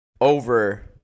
Over